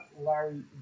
Larry